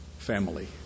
family